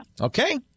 Okay